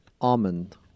Almond